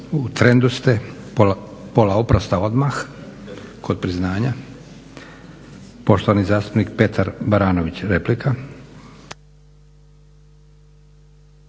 u trendu ste, pola oprosta odmah kod priznanja. Poštovani zastupnik Petar Baranović replika.